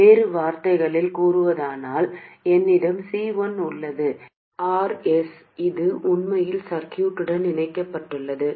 வேறு வார்த்தைகளில் கூறுவதானால் என்னிடம் C1 உள்ளது RS இது உண்மையில் சர்க்யூட்டுடன் இணைக்கப்பட்டுள்ளது